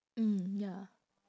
mm ya